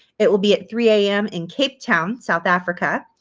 it will be at three am in cape town, south africa.